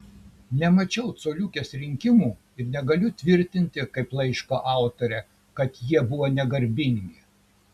nemačiau coliukės rinkimų ir negaliu tvirtinti kaip laiško autorė kad jie buvo negarbingi